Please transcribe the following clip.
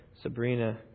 Sabrina